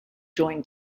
join